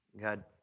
God